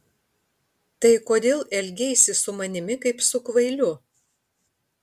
tai kodėl elgeisi su manimi kaip su kvailiu